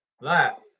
Left